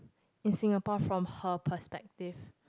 in Singapore from her perspective